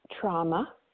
trauma